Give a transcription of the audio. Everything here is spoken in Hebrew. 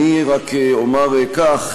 אני רק אומר כך: